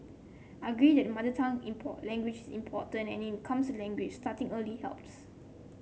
I agree that mother tongue language is important and when it comes to language starting early helps